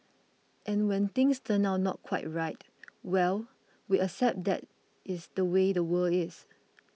and when things turn out not quite right well we accept that is the way the world is